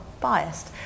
biased